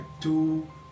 two